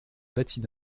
bâtie